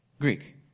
Greek